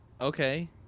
Okay